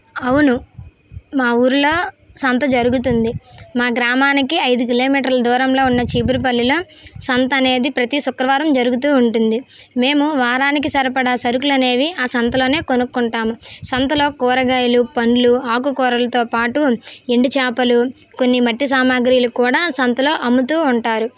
అవును మా ఊళ్ళో సంత జరుగుతుంది మా గ్రామానికి ఐదు కిలోమీటర్ల దూరంలో ఉన్న చీపురుపల్లిలో సంత అనేది ప్రతీ శుక్రవారం జరుగుతూ ఉంటుంది మేము వారానికి సరిపడా సరుకులు అనేవి ఆ సంతలోనే కొనుక్కుంటాము సంతలో కూరగాయలు పండ్లు ఆకుకూరలతో పాటు ఎండు చేపలు కొన్ని మట్టి సామాగ్రీలు కూడా సంతలో అమ్ముతూ ఉంటారు